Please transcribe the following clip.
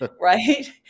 right